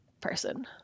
person